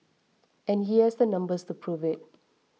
and he has the numbers to prove it